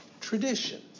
tradition